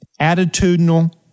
attitudinal